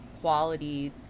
quality